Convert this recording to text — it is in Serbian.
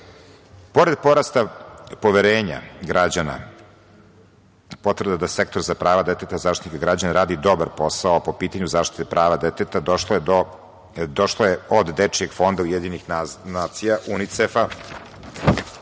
Pored porasta poverenja građana, potrebno je da Sektor za prava deteta, Zaštitnik građana radi dobar posao po pitanju zaštite prava deteta došlo je od dečijeg fonda UN, UNICEF-a